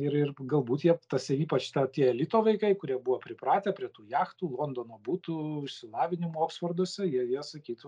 ir ir galbūt jie tas ir ypač ta tie elito vaikai kurie buvo pripratę prie tų jachtų londono butų išsilavinimo oksforduose jie jie sakytų